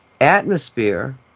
atmosphere